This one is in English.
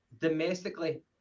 domestically